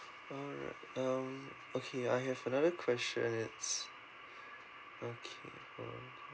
uh um okay I have another question it's okay hold on